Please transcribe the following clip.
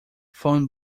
phone